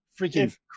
freaking